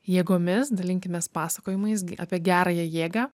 jėgomis dalinkimės pasakojimais apie gerąją jėgą